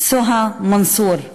סוהא מנסור,